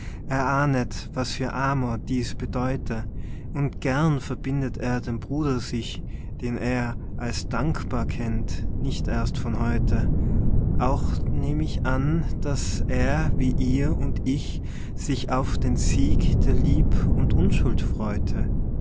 er ahnet was für amor dies bedeute und gern verbindet er den bruder sich den er als dankbar kennt nicht erst von heute auch nehm ich an daß er wie ihr und ich sich auf den sieg der lieb und unschuld freute